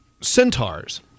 Centaurs